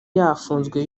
yafunzwe